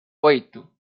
oito